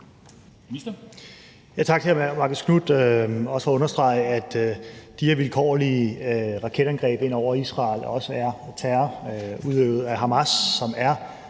Tak til hr. Marcus Knuth, også for at understrege, at de her vilkårlige raketangreb ind over Israel også er terror udøvet af Hamas, som er